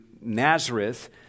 Nazareth